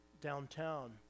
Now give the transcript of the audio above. downtown